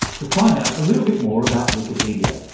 to find out a little bit more about wikipedia.